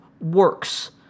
works